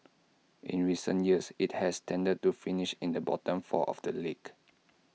in recent years IT has tended to finish in the bottom four of the league